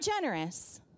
generous